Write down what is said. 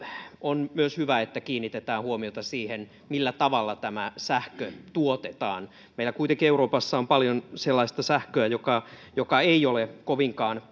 on myös hyvä että kiinnitetään huomiota siihen millä tavalla tämä sähkö tuotetaan meillä kuitenkin euroopassa on paljon sellaista sähköä joka joka ei ole kovinkaan